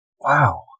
Wow